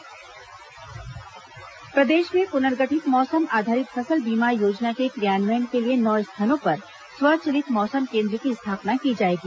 स्वचलित मौसम केन्द्र स्थापना प्रदेश में पुनर्गठित मौसम आधारित फसल बीमा योजना के क्रियान्वयन के लिए नौ स्थानों पर स्वचलित मौसम केन्द्र की स्थापना की जाएगी